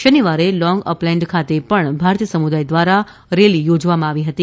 શનિવારે Long Upland ખાતે પણ ભારતીય સમુદાય દ્વારા રેલી યોજવામાં આવી હતી